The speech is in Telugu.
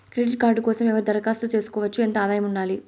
క్రెడిట్ కార్డు కోసం ఎవరు దరఖాస్తు చేసుకోవచ్చు? ఎంత ఆదాయం ఉండాలి?